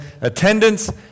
attendance